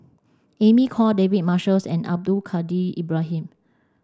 Emy Khor David Marshalls and Abdul Kadir Ibrahim